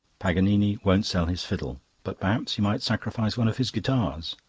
paganini won't sell his fiddle but perhaps he might sacrifice one of his guitars.